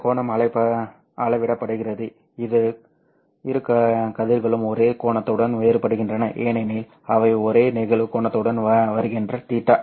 இந்த கோணம் அளவிடப்படுகிறது இரு கதிர்களும் ஒரே கோணத்துடன் வேறுபடுகின்றன ஏனெனில் அவை ஒரே நிகழ்வு கோணத்துடன் வருகின்றன θi